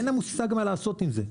ואין לה מושג מה לעשות עם זה.